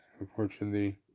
unfortunately